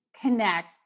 connect